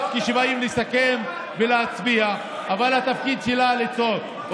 רק כשבאים לסכם ולהצביע, אבל התפקיד שלה לצעוק.